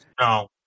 No